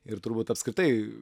ir turbūt apskritai